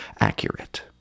accurate